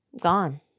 gone